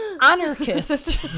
anarchist